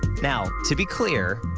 now, to be clear,